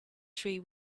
tree